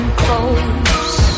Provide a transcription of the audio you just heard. close